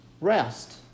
rest